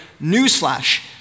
Newsflash